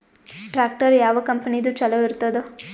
Tractor ಯಾವ ಕಂಪನಿದು ಚಲೋ ಇರತದ?